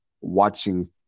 watching